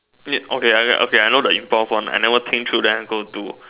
wait okay I okay I know the improve one I never think though then I go to